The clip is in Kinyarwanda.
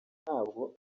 ntabwo